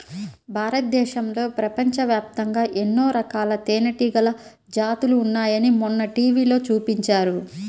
భారతదేశంలో, ప్రపంచవ్యాప్తంగా ఎన్నో రకాల తేనెటీగల జాతులు ఉన్నాయని మొన్న టీవీలో చూపించారు